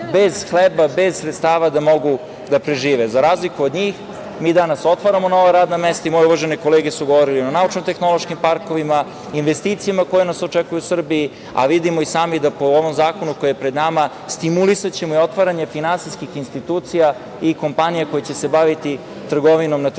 bez hleba, bez sredstava da mogu da prežive.Za razliku od njih mi danas otvaramo nova radna mesta i moje uvažene kolege su govorile o naučno-tehnološkim parkovima, investicijama koje nas očekuju u Srbiji, a vidimo i sami da ćemo, po ovom zakonu koji je pred nama, stimulisati otvaranje finansijskih institucija i kompanija koje će se baviti trgovinom na tržištu